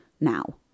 now